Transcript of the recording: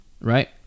right